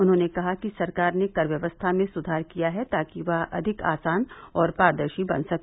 उन्होंने कहा कि सरकार ने कर व्यवस्था में सुधार किया है ताकि वह अधिक आसान और पारदर्शी बन सके